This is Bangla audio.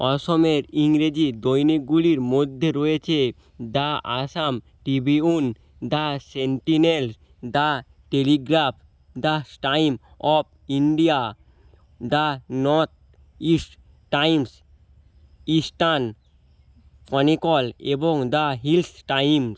অসমের ইংরেজি দৈনিকগুলির মধ্যে রয়েছে the Assam Tribune the Sentinel the Telegraph the Times of India the North East Times Eastern Chronicle এবং দা হিল্স টাইম্স